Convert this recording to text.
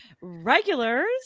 regulars